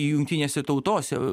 jungtinėse tautose